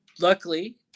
luckily